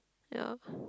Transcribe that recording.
ya